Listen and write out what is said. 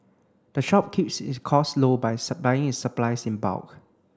the shop keeps its cost low by its supplies in bulk